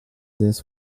this